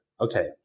okay